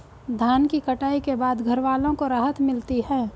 धान की कटाई के बाद घरवालों को राहत मिलती है